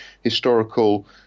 historical